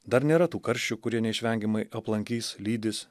dar nėra tų karščių kurie neišvengiamai aplankys lydys